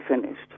finished